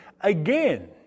again